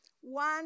one